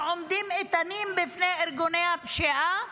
שעומדים איתנים בפני ארגוני הפשיעה,